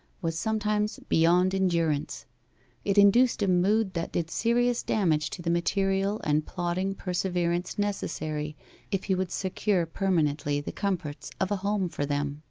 was sometimes beyond endurance it induced a mood that did serious damage to the material and plodding perseverance necessary if he would secure permanently the comforts of a home for them.